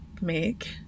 make